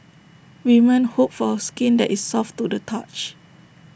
women hope for skin that is soft to the touch